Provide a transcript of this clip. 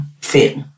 fit